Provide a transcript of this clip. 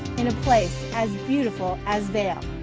in a place as beautiful as vail.